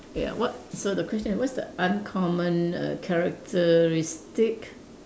ya what so the question what's the uncommon err characteristic